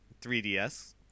3DS